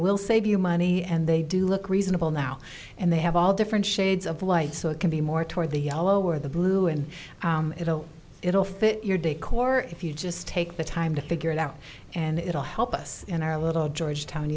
will save you money and they do look reasonable now and they have all different shades of light so it can be more toward the yellow or the blue and you know it'll fit your decor if you just take the time to figure it out and it will help us in our little georgetown